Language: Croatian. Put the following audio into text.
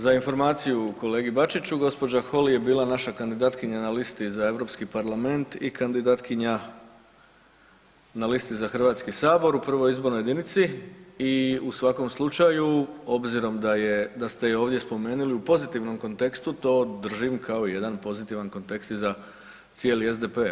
Za informaciju kolegi Bačiću gospođa Holy je bila naša kandidatkinja na list za Europski parlament i kandidatkinja na listi za Hrvatski sabor u prvoj izbornoj jedinici i u svakom slučaju obzirom da ste i ovdje spomenuli u pozitivnom kontekstu to držim kao jedan pozitivan kontekst i za cijeli SDP.